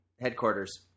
headquarters